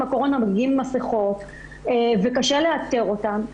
הקורונה מגיעים עם מסכות וקשה לאתר אותם.